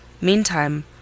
Meantime